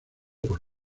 por